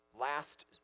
last